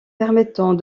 permettant